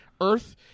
Earth